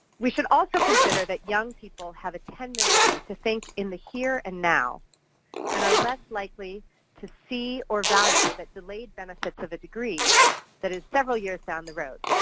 we should also consider that young people have a tendency to think in the here and now and are less likely to see or value the delayed benefits of a degree that is several years down the road,